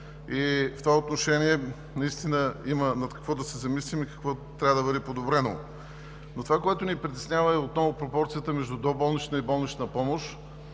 в това отношение наистина има над какво да се замислим и какво трябва да бъде подобрено. Но това, което ни притеснява, е отново пропорцията между доболнична и болнична помощ.